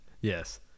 Yes